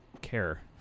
care